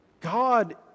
God